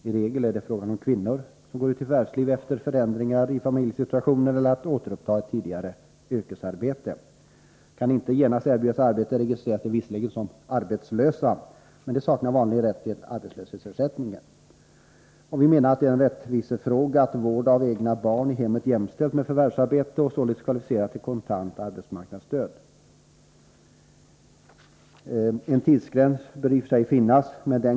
I regel är det fråga om kvinnor, som går uti förvärvslivet efter förändringar i familjesituationen eller för att återuppta ett tidigare yrkesarbete. Kan de inte genast erbjudas arbete, registreras de visserligen som arbetslösa, men de saknar vanligen rätt till arbetslöshetsersättning. Vi menar att det är en rättvisefråga att vård av egna barn i hemmet jämställs med förvärvsarbete och således kvalificerar till kontant arbetsmarknadsstöd. En tidsgräns bör i och för sig finnas med hänsyn till barnets ålder.